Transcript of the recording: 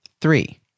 Three